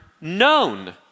known